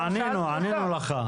ענינו לך.